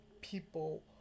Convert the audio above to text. people